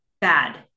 bad